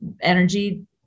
energy